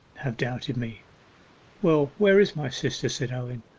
have doubted me well, where is my sister said owen.